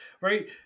right